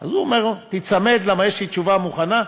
הוא אומר: תיצמד, כי יש לי תשובה מוכנה.